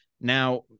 now